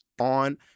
on